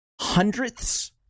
hundredths